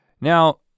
Now